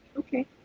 Okay